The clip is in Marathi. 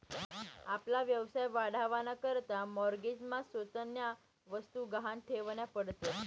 आपला व्यवसाय वाढावा ना करता माॅरगेज मा स्वतःन्या वस्तु गहाण ठेवन्या पडतीस